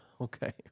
Okay